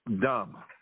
dumb